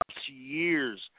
years